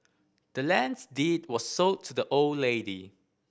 the land's deed was sold to the old lady